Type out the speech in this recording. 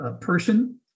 person